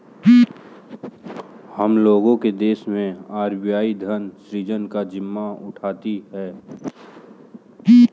हम लोग के देश मैं आर.बी.आई धन सृजन का जिम्मा उठाती है